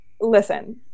listen